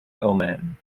oman